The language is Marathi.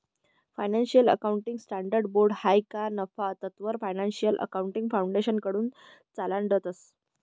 फायनान्शियल अकाउंटिंग स्टँडर्ड्स बोर्ड हायी ना नफा तत्ववर फायनान्शियल अकाउंटिंग फाउंडेशनकडथून चालाडतंस